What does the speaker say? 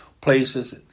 places